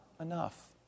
enough